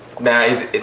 Now